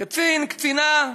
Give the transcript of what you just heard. קצין, קצינה.